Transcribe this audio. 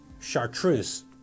chartreuse